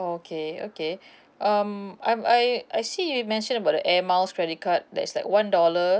oh okay okay um I'm I I see you mention about the air miles credit card that is like one dollar